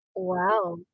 Wow